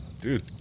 Dude